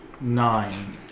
Nine